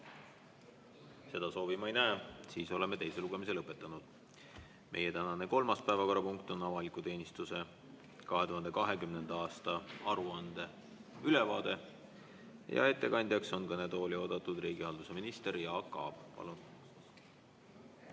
Seda soovi ma ei näe. Siis oleme teise lugemise lõpetanud. Meie tänane kolmas päevakorrapunkt on avaliku teenistuse 2020. aasta aruande ülevaade ja ettekandjaks on kõnetooli oodatud riigihalduse minister Jaak Aab.